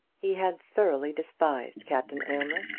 he had thoroughly despised captain aylmer,